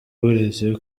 uburezi